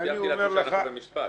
הצלחתי להבין שאנחנו במשפט.